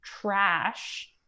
trash